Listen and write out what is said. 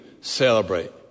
celebrate